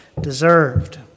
deserved